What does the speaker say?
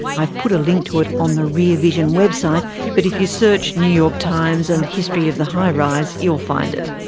i'll put a link to it on the rear vision web site but if you search new york times and history of the high-rise you'll find it.